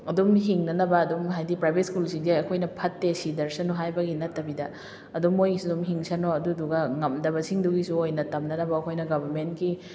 ꯑꯗꯨꯝ ꯍꯤꯡꯅꯅꯕ ꯑꯗꯨꯝ ꯍꯥꯏꯗꯤ ꯄ꯭ꯔꯥꯏꯕꯦꯠ ꯁ꯭ꯀꯨꯜꯁꯤꯡꯁꯦ ꯑꯩꯈꯣꯏꯅ ꯐꯠꯇꯦ ꯁꯤꯗꯔꯁꯅꯨ ꯍꯥꯏꯕꯒꯤ ꯅꯠꯇꯕꯤꯗ ꯑꯗꯨꯝ ꯃꯣꯏꯒꯤꯁꯨ ꯑꯗꯨꯝ ꯍꯤꯡꯁꯅꯨ ꯑꯗꯨꯗꯨꯒ ꯉꯝꯗꯕ ꯁꯤꯡꯗꯨꯒꯤꯁꯨ ꯑꯣꯏꯅ ꯇꯝꯅꯅꯕ ꯑꯩꯈꯣꯏꯅ ꯒꯕꯔꯃꯦꯟꯀꯤ